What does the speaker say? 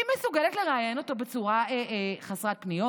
היא מסוגלת לראיין אותו בצורה חסרת פניות?